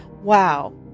Wow